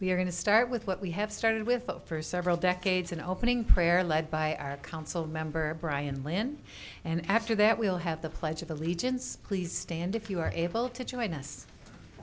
're going to start with what we have started with for several decades an opening prayer led by our council member bryan lynn and after that we'll have the pledge of allegiance please stand if you are able to join us